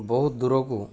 ବହୁତ ଦୁରକୁ